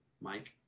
Mike